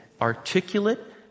articulate